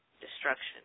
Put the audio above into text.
destruction